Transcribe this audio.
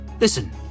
listen